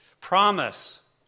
promise